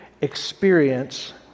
experience